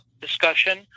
discussion